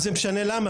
מה זה משנה למה?